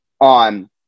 on